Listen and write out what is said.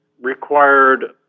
required